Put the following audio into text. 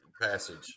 passage